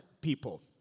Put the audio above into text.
people